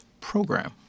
program